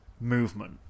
movement